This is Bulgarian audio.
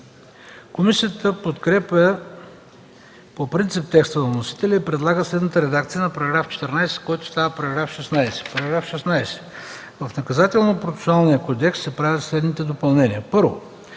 Комисията подкрепя по принцип текста на вносителя и предлага следната редакция на § 14, който става § 16: „§ 16. В Наказателно-процесуалния кодекс се правят следните допълнения: